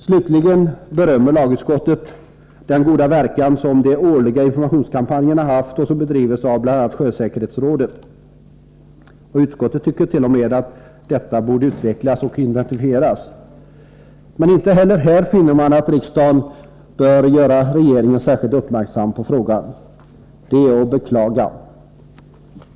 Slutligen berömmer lagutskottet den goda verkan som de årliga informationskampanjer haft som bedrivs av bl.a. sjösäkerhetsrådet. Utskottet tycker t.o.m. att denna verksamhet borde utvecklas och intensifieras. Men inte heller här finner man att riksdagen bör göra regeringen särskilt uppmärksam på frågan. Det är att beklaga.